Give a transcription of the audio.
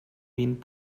vint